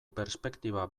perspektiba